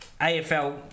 AFL